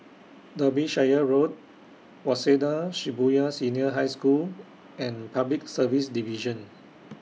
Derbyshire Road Waseda Shibuya Senior High School and Public Service Division